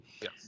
Yes